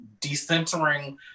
decentering